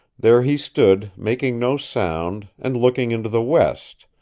there he stood, making no sound, and looking into the west,